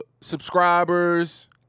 subscribers